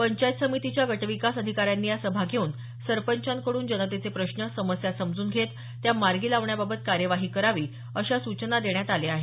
पंचायत समितीच्या गटविकास अधिकाऱ्यांनी या सभा घेऊन सरपंचांकड्रन जनतेचे प्रश्न समस्या समजून घेत त्या मार्गी लावण्याबाबत कार्यवाही करावी अशा सूचना देण्यात आल्या आहेत